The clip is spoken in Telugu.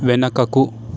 వెనుకకు